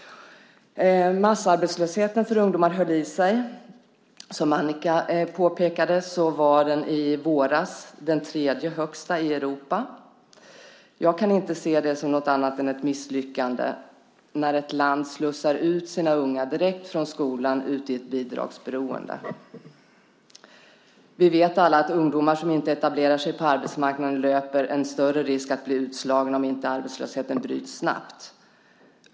Massarbetslösheten för ungdomar höll i sig. Som Annicka påpekade var den i våras den tredje högsta i Europa. Jag kan inte se det som något annat än ett misslyckande när ett land slussar ut sina unga direkt från skolan ut i ett bidragsberoende. Vi vet alla att ungdomar som inte etablerar sig på arbetsmarknaden löper en större risk att bli utslagna om inte arbetslösheten bryts snabbt.